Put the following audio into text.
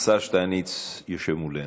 השר שטייניץ יושב מולנו.